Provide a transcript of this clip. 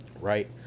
right